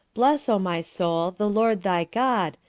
bless, o my soul, the lord thy god,